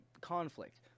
conflict